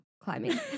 climbing